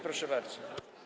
Proszę bardzo.